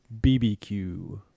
BBQ